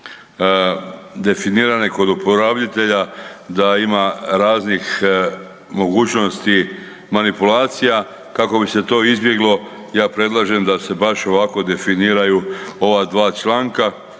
definirane kod oporabitelja da ima raznih mogućnosti manipulacija. Kako bi se to izbjeglo ja predlažem da se baš ovako definiraju ova dva članka